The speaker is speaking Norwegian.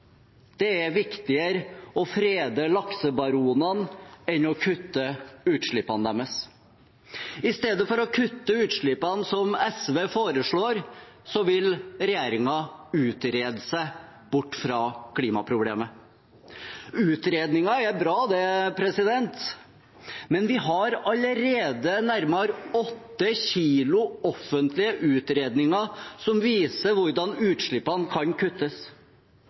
Det er viktigere å frede laksebaronene enn å kutte utslippene deres. I stedet for å kutte utslippene, som SV foreslår, vil regjeringen utrede seg bort fra klimaproblemet. Utredninger er bra, det, men vi har allerede nærmere 8 kg offentlige utredninger som viser hvordan utslippene kan kuttes.